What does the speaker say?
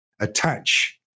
attach